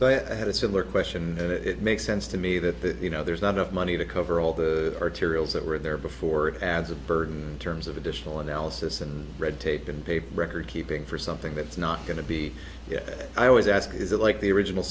but i had a similar question and it makes sense to me that the you know there's not enough money to cover all the arterials that were there before it adds a burden terms of additional analysis and red tape and paper record keeping for something that's not going to be i always ask is it like the original